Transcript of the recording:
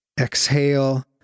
exhale